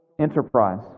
enterprise